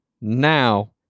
now